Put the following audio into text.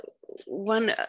One